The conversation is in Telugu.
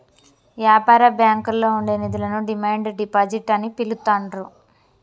యాపార బ్యాంకుల్లో ఉండే నిధులను డిమాండ్ డిపాజిట్ అని పిలుత్తాండ్రు